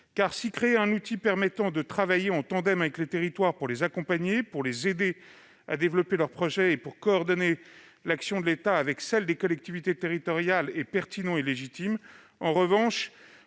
de créer un outil permettant de travailler en tandem avec les territoires pour les accompagner, pour les aider à développer leurs projets et pour coordonner l'action de l'État avec celle des collectivités territoriales, il serait inutile et